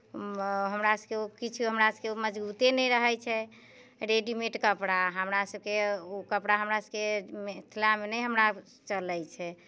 हमरासभके किछु हमरासभके मजबूते नहि रहै छै रेडिमेड कपड़ा हमरासभके ओ कपड़ा हमरासभके मिथिलामे नहि हमरा चलै छै